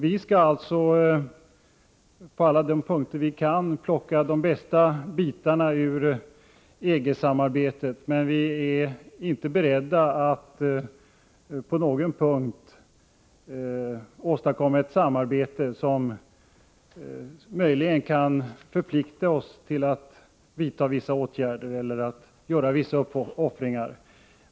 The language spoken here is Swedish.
Vi skall alltså, på alla de punkter vi kan, plocka de bästa bitarna ur EG samarbetet, men vi är inte beredda att på någon punkt åstadkomma ett samarbete som möjligen kan förplikta oss att vidta vissa åtgärder eller göra vissa uppoffringar.